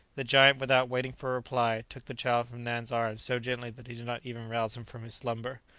the giant, without waiting for a reply, took the child from nan's arms so gently that he did not even rouse him from his slumber.